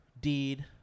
deed